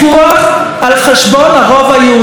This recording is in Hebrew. על חשבון הרוב היהודי.